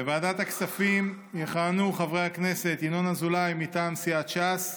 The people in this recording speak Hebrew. בוועדת הכספים יכהנו חברי הכנסת ינון אזולאי מטעם סיעת ש"ס,